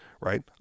right